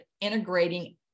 integrating